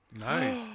Nice